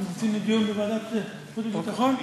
אתם רוצים דיון בוועדת החוץ והביטחון?